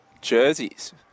jerseys